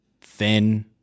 thin